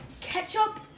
ketchup